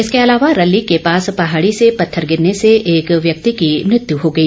इसके अलावा रल्ली के पास पहाड़ी से पत्थर गिरने से एक व्यक्ति की मृत्य हो गई